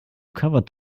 covered